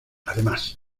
además